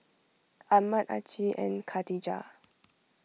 Ahmad Aqil and Khatijah